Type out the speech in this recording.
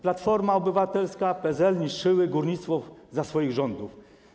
Platforma Obywatelska i PSL niszczyły górnictwo za swoich rządów.